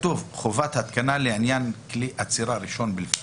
כתוב בו: "חובת התקנה לעניין כלי אצירה ראשון בלבד